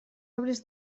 obres